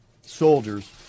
soldiers